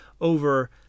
over